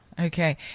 Okay